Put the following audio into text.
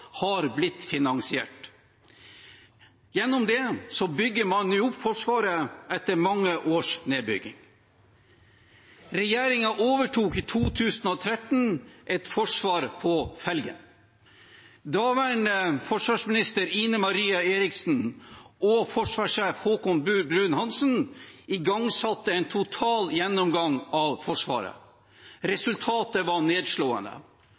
er blitt finansiert. Gjennom det bygger man nå opp Forsvaret etter mange års nedbygging. Regjeringen overtok i 2013 et forsvar på felgen. Daværende forsvarsminister Ine Marie Eriksen Søreide og forsvarssjef Haakon Bruun-Hanssen igangsatte en total gjennomgang av Forsvaret. Resultatet var nedslående.